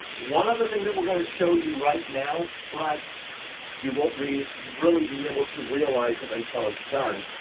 one of the things that we're going to show you right now, but you won't re really be able to realize that until it's done,